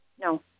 No